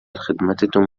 خدمتتون